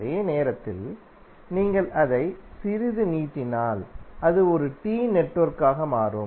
அதே நேரத்தில் நீங்கள் அதை சிறிது நீட்டினால் அது ஒரு டி நெட்வொர்க்காக மாறும்